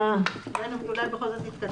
אולי נוכל בכל זאת להתקדם.